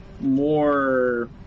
more